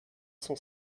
sont